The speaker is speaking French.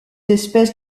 espèces